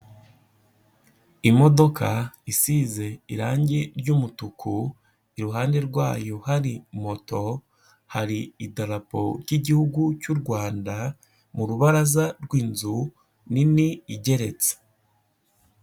Imodoka isize irange ry'umutuku, iruhande rwayo hari moto, hari idarapo ry'Igihugu cy'u Rwanda mu rubaraza rw'inzu nini igeretse.